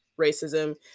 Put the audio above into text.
racism